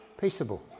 Peaceable